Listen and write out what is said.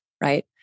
right